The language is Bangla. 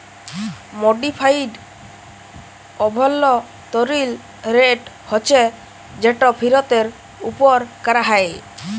মডিফাইড অভ্যলতরিল রেট হছে যেট ফিরতের উপর ক্যরা হ্যয়